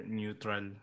neutral